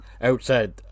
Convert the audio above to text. outside